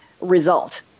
result